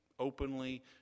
openly